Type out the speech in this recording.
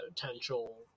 potential